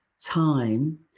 time